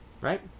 Right